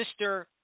Mr